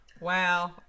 Wow